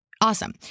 Awesome